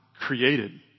created